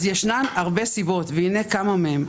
אז ישנן הרבה סיבות, והינה כמה מהן.